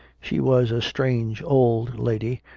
she was a strange old lady,